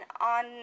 on